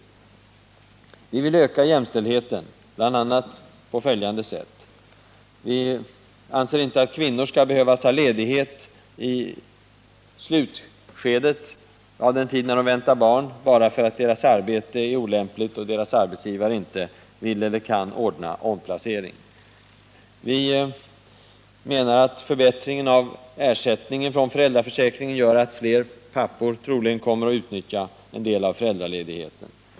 Vi vill öka jämställdheten, bl.a. på följande sätt: Vi anser inte att kvinnor skall behöva ta ledigt i slutskedet av graviditeten bara för att deras arbete är olämpligt, och för att deras arbetsgivare inte vill eller kan ordna med omplacering. Vi hoppas att förbättringen av ersättningen från föräldraförsäkringen gör att flera pappor kommer att utnyttja en del av föräldraledigheten.